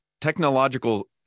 technological